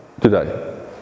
today